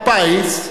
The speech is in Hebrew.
הפיס,